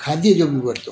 खादीअ जो बि वरितो